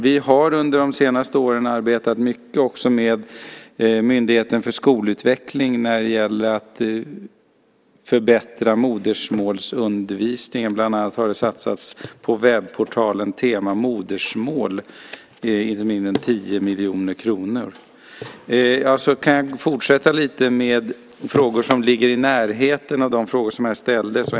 Vi har under de senaste åren också arbetat mycket med Myndigheten för skolutveckling när det gäller att förbättra modersmålsundervisningen. Bland annat har det satsats inte mindre än 10 miljoner kronor på webbportalen Tema modersmål. Jag kan fortsätta lite med frågor som ligger i närheten av de frågor som här ställdes.